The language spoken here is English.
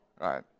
right